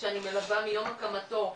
שאני מלווה מיום הקמתו,